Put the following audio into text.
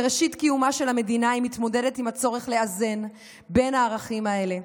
מראשית קיומה של המדינה היא מתמודדת עם הצורך לאזן בין הערכים האלה,